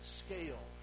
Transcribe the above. scale